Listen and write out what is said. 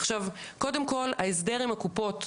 עכשיו קודם כל ההסדר עם הקופות,